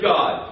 God